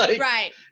right